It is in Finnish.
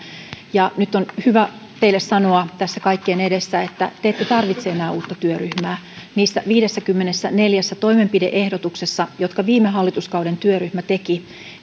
nyt on hyvä teille sanoa tässä kaikkien edessä että te ette tarvitse enää uutta työryhmää niissä viidessäkymmenessäneljässä toimenpide ehdotuksessa jotka viime hallituskauden työryhmä teki